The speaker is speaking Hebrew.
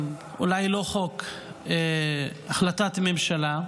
אולי לא חוק, החלטת ממשלה,